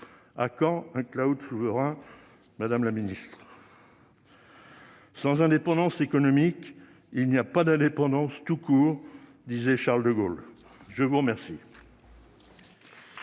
À quand un souverain, madame la ministre ?« Sans indépendance économique, il n'y a plus d'indépendance tout court », disait Charles de Gaulle ! La parole